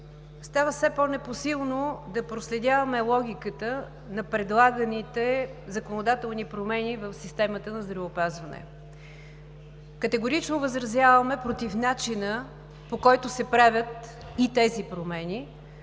става все по-непосилно да проследяваме логиката на предлаганите законодателни промени в системата на здравеопазването. Категорично възразяваме против начина, по който се правят и тези промени